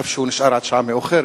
אף-על-פי שהוא נשאר עד שעה מאוחרת.